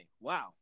wow